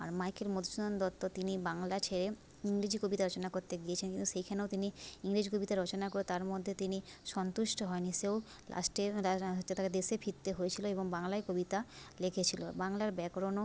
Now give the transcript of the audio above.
আর Michael Madhusudan Dutta তিনি বাংলা ছেড়ে ইংরেজি কবিতা রচনা করতে গিয়েছেন কিন্তু সেইখানেও তিনি ইংরেজি কবিতা রচনা করে তার মধ্যে তিনি সন্তুষ্ট হয়নি সেও লাস্টে হচ্ছে তাকে দেশে ফিরতে হয়েছিল এবং বাংলায় কবিতা লিখেছিল বাংলার ব্যাকরণও